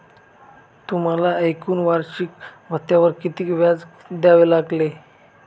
तुम्हाला एकूण वार्षिकी भत्त्यावर किती व्याज द्यावे लागले